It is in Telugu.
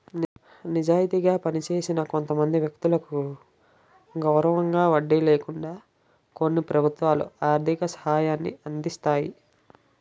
నిజాయితీగా పనిచేసిన కొంతమంది వ్యక్తులకు గౌరవంగా వడ్డీ లేకుండా కొన్ని ప్రభుత్వాలు ఆర్థిక సహాయాన్ని అందిస్తాయి